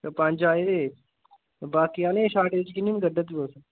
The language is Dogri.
ते पंज आए दे हे ते बाकी आह्लें दी शार्टेज कि'यां नी कड्ढा दे तुस